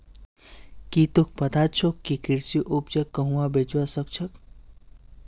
की तोक पता छोक के कृषि उपजक कुहाँ बेचवा स ख छ